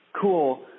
cool